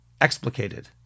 explicated